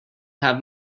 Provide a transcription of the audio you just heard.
have